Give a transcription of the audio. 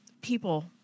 people